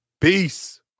Peace